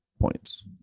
points